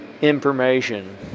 information